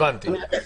אגב,